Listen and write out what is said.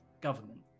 government